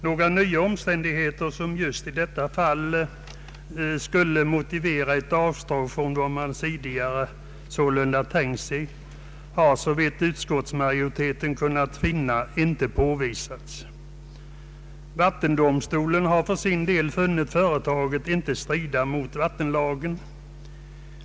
Några nya omständighe ter som i just detta fall skulle motivera ett avsteg från vad man tidigare sålunda tänkt sig har, såvitt utskottsmajoriteten kunnat finna, inte påvisats. Vattendomstolen har för sin del funnit företaget inte strida mot vattenlagen.